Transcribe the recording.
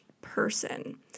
person